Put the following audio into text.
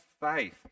faith